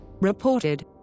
reported